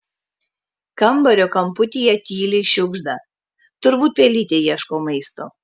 kambario kamputyje tyliai šiugžda turbūt pelytė ieško maisto